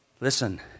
Listen